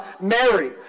Mary